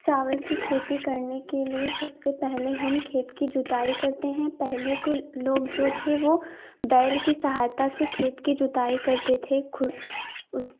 चावल की खेती करने के लिए सबसे पहले हम खेत की जुताई करते हैं पहले को लोग जो थे वो बैल की सहायता से खेत की जुताई करते थे उस